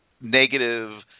negative